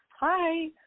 Hi